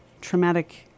traumatic